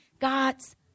God's